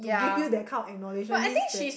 to give you that kind of acknowledgement means that